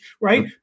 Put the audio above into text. right